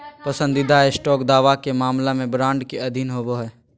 पसंदीदा स्टॉक दावा के मामला में बॉन्ड के अधीन होबो हइ